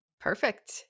Perfect